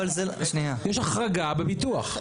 יש החרגה בביטוח.